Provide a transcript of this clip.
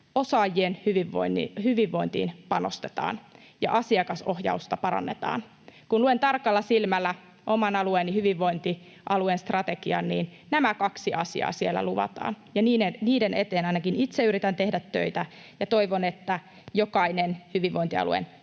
osaajien hyvinvointiin panostetaan ja asiakasohjausta parannetaan. Kun luen tarkalla silmällä oman alueeni hyvinvointialueen strategian, niin nämä kaksi asiaa siellä luvataan, ja niiden eteen ainakin itse yritän tehdä töitä, ja toivon, että jokainen hyvinvointialueen